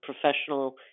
professional